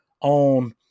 on